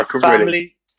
family